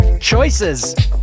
Choices